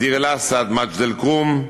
דיר-אל-אסד, מג'ד-אלכרום,